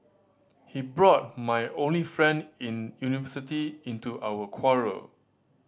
he brought my only friend in university into our quarrel